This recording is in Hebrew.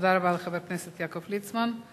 תודה רבה לחבר הכנסת יעקב ליצמן.